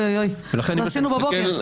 עשינו בבוקר.